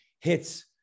hits